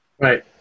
Right